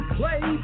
play